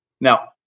Now